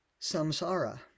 samsara